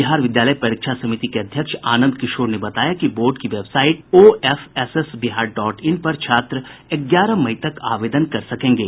बिहार विद्यालय परीक्षा समिति के अध्यक्ष आनंद किशोर ने बताया कि बोर्ड की website OFSS Bihar dot in पर छात्र ग्यारह मई तक आवेदन कर सकेंगे